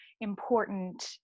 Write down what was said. important